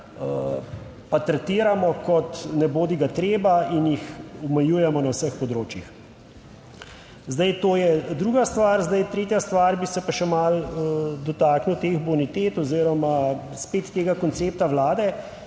pa tretiramo kot nebodigatreba in jih omejujemo na vseh področjih. Zdaj to je druga stvar. Zdaj, tretja stvar bi se pa še malo dotaknil teh bonitet oziroma spet tega koncepta Vlade,